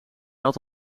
had